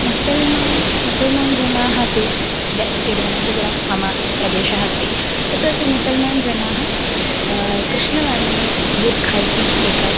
मुसल्मान् मुसल्मान् जनाः तु इदानीं तिरुवनन्तपुरं मम प्रदेशः अस्ति तत्र तु मुसल्मान् जनाः कृष्णवर्णे बूर्खा इति एकम्